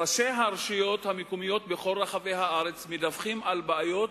ראשי הרשויות המקומיות בכל רחבי הארץ מדווחים על בעיות